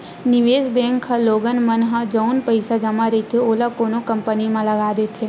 निवेस बेंक ह लोगन मन ह जउन पइसा जमा रहिथे ओला कोनो कंपनी म लगा देथे